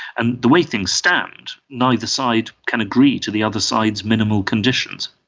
and the way things stand, neither side can agree to the other side's minimal conditions.